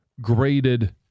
graded